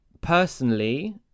personally